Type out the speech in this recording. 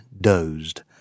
dozed